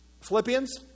Philippians